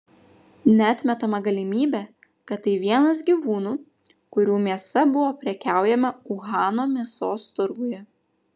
neatmetama galimybė kad tai vienas gyvūnų kurių mėsa buvo prekiaujama uhano mėsos turguje